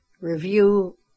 review